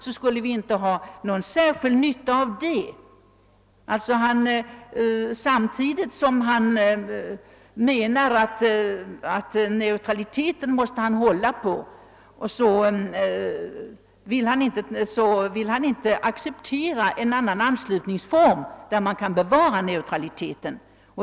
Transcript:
Samtidigt som herr Burenstam Linder menar, att vi måste hålla på neutraliteten, vill han inte acceptera en anslutningsform som gör det möjligt att bevara neutraliteten.